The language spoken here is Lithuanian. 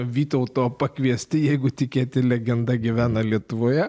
vytauto pakviesti jeigu tikėti legenda gyvena lietuvoje